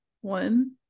one